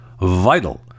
vital